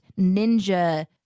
ninja